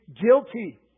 Guilty